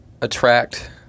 attract